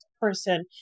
person